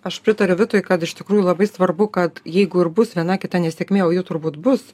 aš pritariu vitui kad iš tikrųjų labai svarbu kad jeigu ir bus viena kita nesėkmė o jų turbūt bus